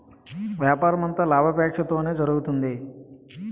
వ్యాపారమంతా లాభాపేక్షతోనే జరుగుతుంది